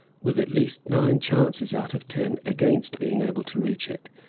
with at least nine chances out of ten against being able to reach it,